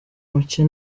mucye